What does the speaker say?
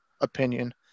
opinion